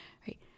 right